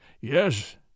Yes